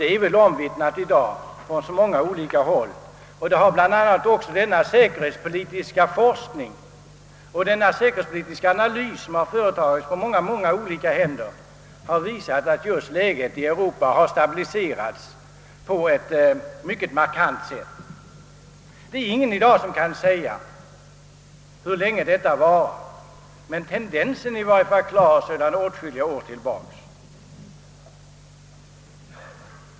Det är väl i dag på många olika håll omvittnat — bl.a. har den säkerhetspolitiska forskning och den säkerhetspolitiska analys som företagits i många länder visat detta — att läget i Europa har stabiliserats på ett mycket markant sätt. Det är ingen som i dag kan säga hur länge detta varar, men tendensen är i varje fall klar sedan åtskilliga år tillbaka.